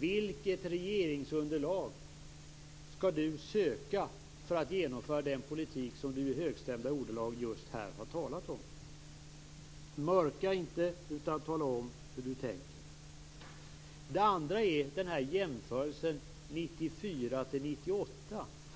Vilket regeringsunderlag skall Erik Åsbrink söka för att genomföra den politik som han i högstämda ordalag här har talat om? Mörka inte, utan tala om hur du tänker. Det andra är jämförelsen 1994-1998.